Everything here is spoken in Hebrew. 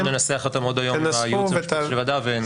אנחנו ננסח אותם עוד היום עם הייעוץ המשפטי של הוועדה.